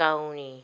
गावनि